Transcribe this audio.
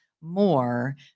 more